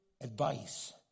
advice